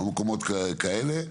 או מקומות כאלה.